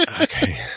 Okay